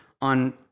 on